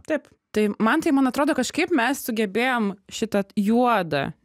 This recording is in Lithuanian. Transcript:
taip tai mantai man atrodo kažkaip mes sugebėjom šitą juodą